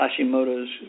Hashimoto's